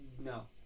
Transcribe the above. No